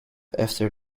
after